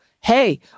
hey